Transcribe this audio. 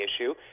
issue